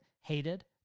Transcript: hated